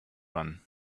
run